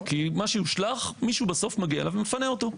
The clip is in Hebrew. כי מה שיושלך מישהו בסוף מגיע אליו ומפנה אותו.